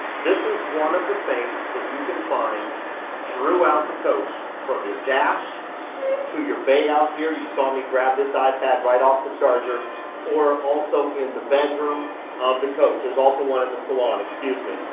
this is one of the things that you can find throughout the coach from your dash to your bay out here. you saw me grab this ah ipad right off the charger or also in the bedroom of the coach. there's also one in the salon. excuse me.